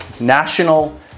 national